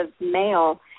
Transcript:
male